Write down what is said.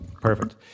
perfect